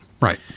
right